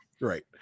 Right